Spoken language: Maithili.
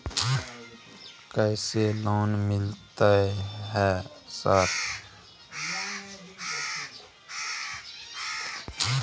कैसे लोन मिलते है सर?